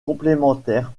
complémentaires